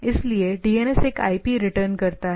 इसलिए डीएनएस एक IP return करता है